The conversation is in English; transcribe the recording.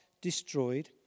destroyed